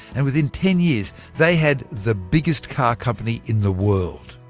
and within ten years, they had the biggest car company in the world.